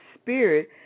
Spirit